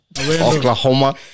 Oklahoma